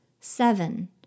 Seven